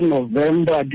November